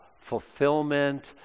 fulfillment